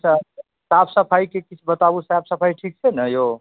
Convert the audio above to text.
अच्छा साफ सफाइके किछु बताबु साफ सफाइ ठीक छै ने यौ